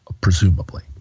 presumably